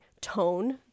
tone